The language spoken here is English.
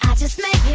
just met